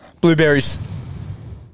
Blueberries